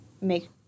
make